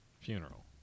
Funeral